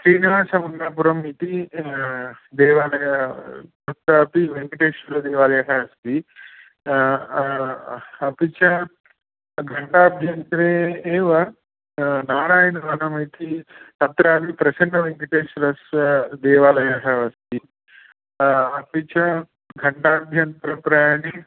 श्रीनिवासमङ्गापुरम् इति देवालय तत्रापि वेङ्कटेश्वरदेवालयः अस्ति अपि च घण्टाभ्यन्तरे एव नारायणसङ्गम इति तत्रापि प्रसन्नवेङ्कटेश्वरस्य देवालयः अस्ति अपि च घण्टाभ्यन्तरप्रयाणे